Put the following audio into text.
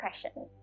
question